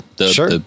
Sure